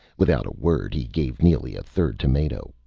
without a word, he gave neely a third tomato.